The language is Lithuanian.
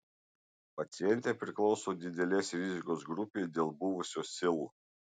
pacientė priklauso didelės rizikos grupei dėl buvusio sil